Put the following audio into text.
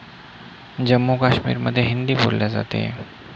जम्मू काश्मीरमध्ये हिंदी बोलली जाते